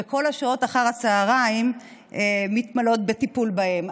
וכל שעות אחר הצוהריים מתמלאות בטיפול בהם.